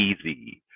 easy